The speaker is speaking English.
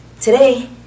Today